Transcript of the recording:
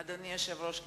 אדוני יושב-ראש הכנסת,